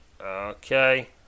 okay